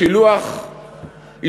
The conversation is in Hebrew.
אברהם אבינו, שילוח ישמעאל